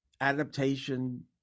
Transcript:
adaptation